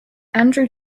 andrew